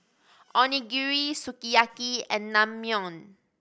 Onigiri Sukiyaki and Naengmyeon